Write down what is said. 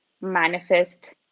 manifest